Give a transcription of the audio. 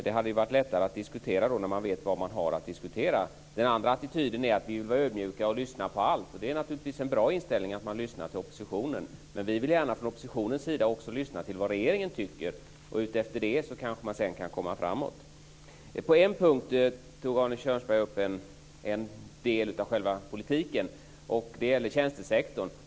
Det är lättare att diskutera då man vet vad man har att diskutera. Den andra attityden är att vilja vara ödmjuk och lyssna på alla. Det är naturligtvis en bra inställning att man lyssnar på oppositionen, men vi vill gärna från oppositionens sida lyssna på vad regeringen tycker. Utefter det kanske man kan komma framåt. På en punkt tog Arne Kjörnsberg upp en del av själva politiken. Det gäller tjänstesektorn.